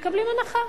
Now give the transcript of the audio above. הם מקבלים הנחה.